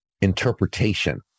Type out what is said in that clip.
interpretation